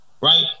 right